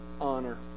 honor